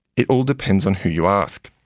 it all depends on who you ask.